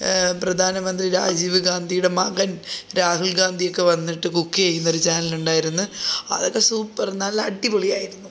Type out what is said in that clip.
പ്രധാനമന്ത്രി രാജീവ് ഗാന്ധിയുടെ മകൻ രാഹുൽ ഗാന്ധി ഒക്കെ വന്നിട്ട് കുക്ക് ചെയ്യുന്നൊരു ചാനലുണ്ടായിരുന്നു അതൊക്കെ സൂപ്പർ നല്ല അടിപൊളിയായിരുന്നു